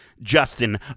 Justin